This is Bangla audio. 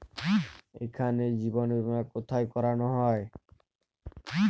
এখানে জীবন বীমা কোথায় করানো হয়?